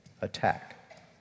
attack